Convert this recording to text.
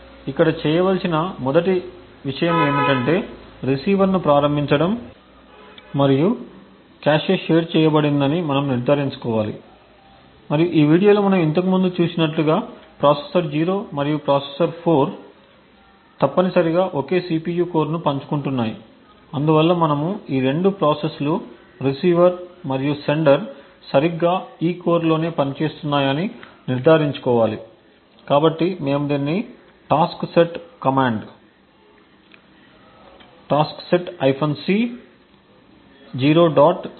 ఇక్కడ చేయవలసిన మొదటి విషయం ఏమిటంటే రిసీవర్ను ప్రారంభించడం మరియు కాష్ షేర్ చేయబడిందని మనము నిర్ధారించుకోవాలి మరియు ఈ వీడియోలో మనం ఇంతకుముందు చూసినట్లుగా ప్రాసెసర్ 0 మరియు ప్రాసెసర్ 4 తప్పనిసరిగా ఒకే CPU కోర్ను పంచుకుంటున్నాయి అందువల్ల మనము ఈ రెండు ప్రాసెస్లు రిసీవర్ మరియు సెండర్ సరిగ్గా ఈ కోర్లోనే పనిచేస్తున్నాయని నిర్ధారించుకోవాలి కాబట్టి మేము దీన్ని టాస్క్సెట్ కమాండ్ taskset c 0